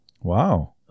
Wow